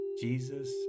Jesus